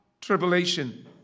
Tribulation